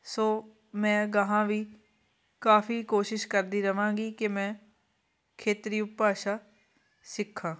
ਸੋ ਮੈਂ ਅਗਾਂਹ ਵੀ ਕਾਫੀ ਕੋਸ਼ਿਸ਼ ਕਰਦੀ ਰਵਾਂਗੀ ਕਿ ਮੈਂ ਖੇਤਰੀ ਉਪਭਾਸ਼ਾ ਸਿੱਖਾਂ